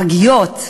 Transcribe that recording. לפגיות,